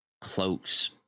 cloaks